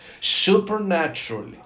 supernaturally